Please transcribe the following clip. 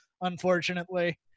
unfortunately